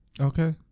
Okay